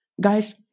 guys